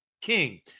king